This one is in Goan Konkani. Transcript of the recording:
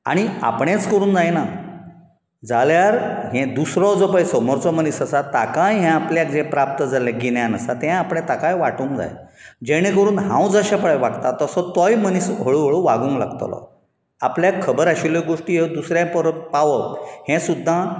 आनी आपणेंच करूंक जायना जाल्यार हें दुसरो जो पळय समोरचो मनीस आसा ताकाय हें आपल्या जें प्राप्त जाल्लें गिन्यान आसा तें आपणें ताकाय वाटूंक जाय जेणे करून हांव जशें पळय वागतां तसो तोय मनीस हळू हळू वागूंक लागतलो आपल्याक खबर आशिल्ल्यो गोश्टी ह्यो दुसऱ्याक पर पावोवप हें सुद्दां